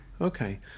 Okay